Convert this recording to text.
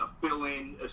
fill-in